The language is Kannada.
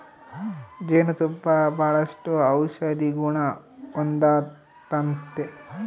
ಜೇನು ತುಪ್ಪ ಬಾಳಷ್ಟು ಔಷದಿಗುಣ ಹೊಂದತತೆ